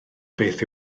beth